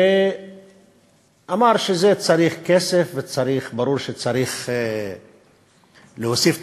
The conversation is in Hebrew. ואמר שצריך לזה כסף ושברור שצריך להוסיף תקציבים.